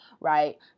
Right